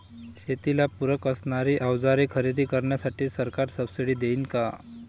शेतीला पूरक असणारी अवजारे खरेदी करण्यासाठी सरकार सब्सिडी देईन का?